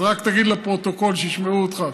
אז רק תגיד לפרוטוקול, שישמעו אותך.